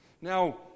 now